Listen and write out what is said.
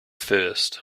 first